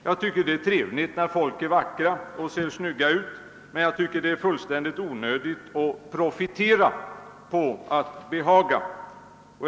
Jag tycker att det är trevligt när människor är vackra och ser snygga ut, men jag anser det fullständigt onödigt att man profiterar på viljan att behaga.